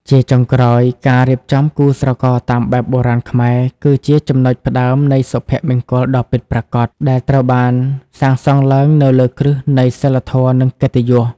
ជាចុងក្រោយ ការរៀបចំគូស្រករតាមបែបបុរាណខ្មែរ គឺជា "ចំណុចផ្ដើមនៃសុភមង្គលដ៏ពិតប្រាកដ" ដែលត្រូវបានសាងសង់ឡើងនៅលើគ្រឹះនៃសីលធម៌ និងកិត្តិយស។